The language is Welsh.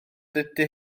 dydy